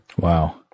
Wow